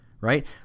Right